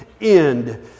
end